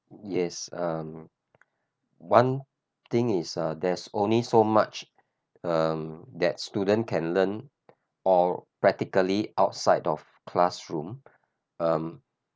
yes um one thing is uh there's only so much um that student can learn or practically outside of classroom um